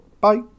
Bye